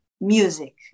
music